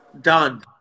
Done